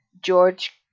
George